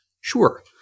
Sure